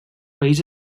país